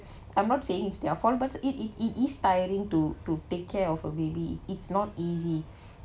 I'm not saying it's their fault but it it it is tiring to to take care of a baby it's not easy